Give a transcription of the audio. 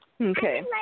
Okay